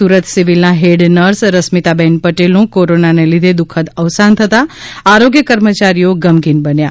સુરત સિવિલના head nurse Rasmitaben પટેલનું કોરોનાને લીધે દુખદ અવસાન થતાં આરોગ્ય કર્મચારીઓ ગમગીન બન્યા